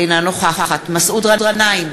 אינה נוכחת מסעוד גנאים,